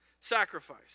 Sacrifice